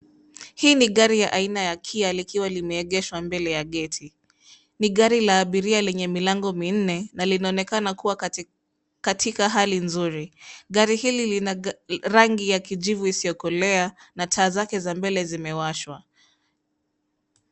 Hii ni gari aina ya KIA likiwa lime egeshwa mbele ya geti. Ni gari la abiria lenye milango minne na linaonekana kuwa katika hali nzuri, gari hili lina rangi ya kijivu isiyo kolea na taa zake za mbele zimewashwa.